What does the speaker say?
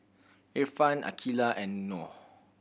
Irfan Aqeelah and Noh